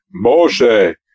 Moshe